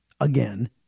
Again